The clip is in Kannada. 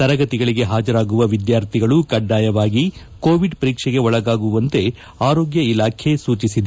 ತರಗತಿಗಳಗೆ ಹಾಜರಾಗುವ ವಿದ್ಯಾರ್ಥಿಗಳು ಕಡ್ಡಾಯವಾಗಿ ಕೋವಿಡ್ ಪರೀಕ್ಷೆಗೆ ಒಳಗಾಗುವಂತೆ ಆರೋಗ್ಯ ಇಲಾಖೆ ಸೂಚಿಸಿದೆ